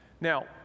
Now